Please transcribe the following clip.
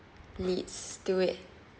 leads to it